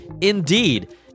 indeed